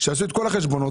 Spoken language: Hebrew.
שיעשו את כל החשבונות.